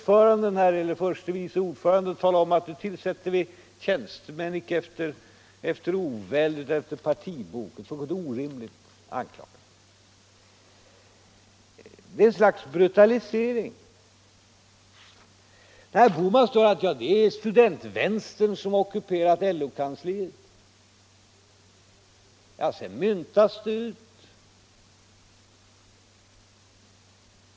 Förste vice ordföranden i moderatpartiet sade att vi tillsätter tjänstemän, icke med oväld utan efter partibok; en fullkomligt orimlig anklagelse. Herr Bohman säger att det är studentvänstern som har ockuperat LO-kansliet, och så myntas det ut.